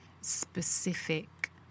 specific